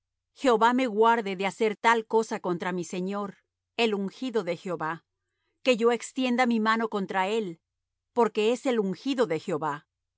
jehová me guarde de hacer tal cosa contra mi señor el ungido de jehová que yo extienda mi mano contra él porque es el ungido de jehová